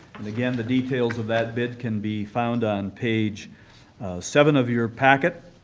and again, the details of that bid can be found on page seven of your packet.